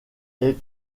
est